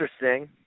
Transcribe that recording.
interesting